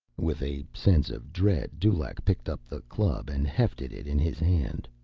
with a sense of dread, dulaq picked up the club and hefted it in his hand.